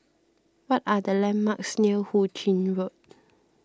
what are the landmarks near Hu Ching Road